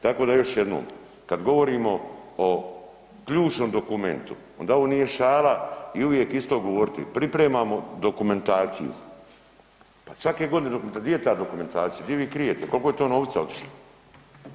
Tako da još jednom kada govorimo o ključnom dokumentu onda ovo nije šala i uvijek isto govoriti, pripremamo dokumentaciju pa svake godine, di je ta dokumentacija, di vi krijete, koliko je to novaca otišlo.